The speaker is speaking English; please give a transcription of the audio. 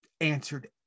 answered